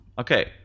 Okay